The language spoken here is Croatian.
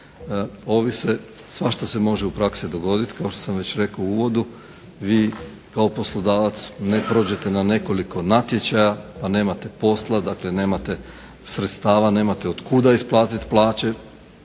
ovise svašta se može u praksi dogoditi kao što sam već rekao u uvodu, vi kao poslodavac ne prođete na nekoliko natječaja pa nemate posla, dakle nemate sredstava, nemate od kuda isplatiti plaće